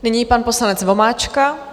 Nyní pan poslanec Vomáčka.